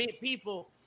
people